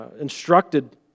instructed